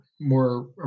more